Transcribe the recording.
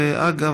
אגב,